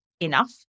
enough